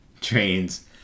trains